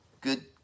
Good